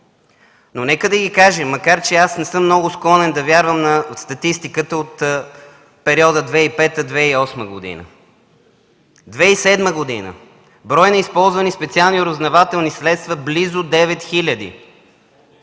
но нека ги кажем, макар че аз не съм много склонен да вярвам на статистиката от периода 2005-2008 г. През 2007 г. – брой на използвани специални разузнавателни средства – 8843,